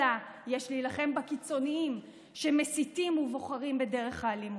אלא יש להילחם בקיצונים שמסיתים ובוחרים בדרך האלימות.